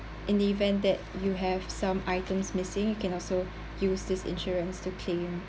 in the event that you have some items missing you can also use this insurance to claim